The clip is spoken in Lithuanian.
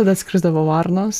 tada atskrisdavo varnos